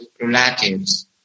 relatives